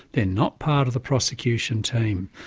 they're not part of the prosecution team,